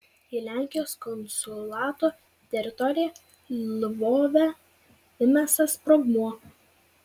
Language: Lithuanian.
į lenkijos konsulato teritoriją lvove įmestas sprogmuo